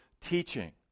teaching